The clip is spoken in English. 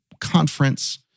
conference